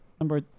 Number